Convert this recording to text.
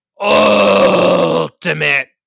ultimate